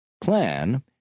Plan